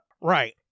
Right